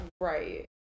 Right